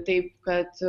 taip kad